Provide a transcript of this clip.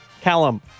Callum